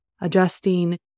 adjusting